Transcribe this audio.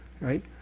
right